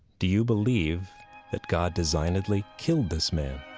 do you believe that god designedly killed this man?